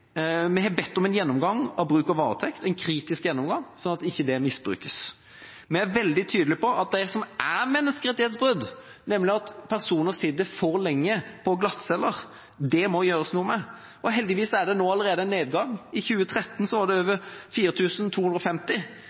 Vi har bedt om en gjennomgang av bruk av varetekt, en kritisk gjennomgang, slik at ikke det misbrukes. Vi er veldig tydelige på at det som er menneskerettighetsbrudd, nemlig at personer sitter for lenge på glattceller, må det gjøres noe med. Heldigvis er det allerede nå en nedgang. I 2013 var det over